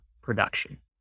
production